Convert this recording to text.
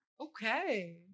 okay